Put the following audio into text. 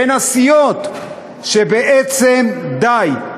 בין הסיעות, שבעצם די,